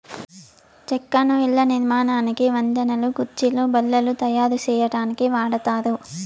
చెక్కను ఇళ్ళ నిర్మాణానికి, వంతెనలు, కుర్చీలు, బల్లలు తాయారు సేయటానికి వాడతారు